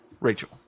Rachel